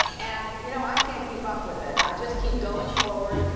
and you know i can't keep up with it. i just keep going forward.